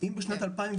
אם בשנת 2017,